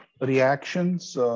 reactions